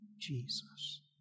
Jesus